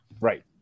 Right